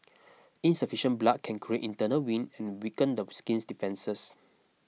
insufficient blood can create internal wind and weaken the skin's defences